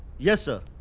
yes, sir.